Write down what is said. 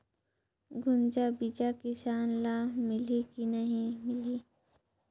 गुनजा बिजा किसान ल मिलही की नी मिलही?